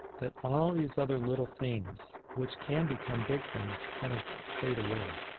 that all these other little things, which can become big things, kind of fade away.